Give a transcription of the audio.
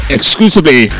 Exclusively